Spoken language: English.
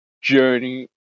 journey